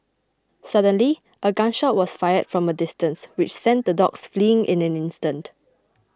suddenly a gun shot was fired from a distance which sent the dogs fleeing in an instant